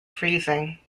freezing